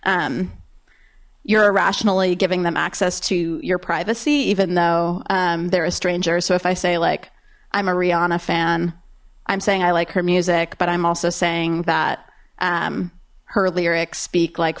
you're irrationally giving them access to your privacy even though they're a stranger so if i say like i'm a rihanna fan i'm saying i like her music but i'm also saying that her lyrics speak like